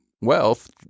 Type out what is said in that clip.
wealth